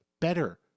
better